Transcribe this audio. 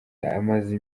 amaze